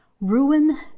ruin